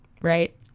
right